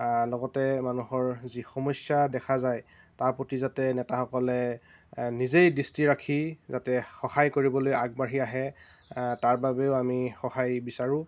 লগতে মানুহৰ যি সমস্য়া দেখা যায় তাৰ প্ৰতি যাতে নেতাসকলে নিজেই দৃষ্টি ৰাখি যাতে সহায় কৰিবলৈ আগবাঢ়ি আহে তাৰ বাবেও আমি সহায় বিচাৰোঁ